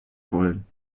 wollen